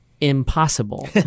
impossible